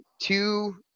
two –